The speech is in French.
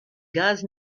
gaz